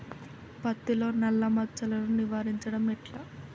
పత్తిలో నల్లా మచ్చలను నివారించడం ఎట్లా?